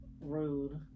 Rude